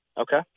Okay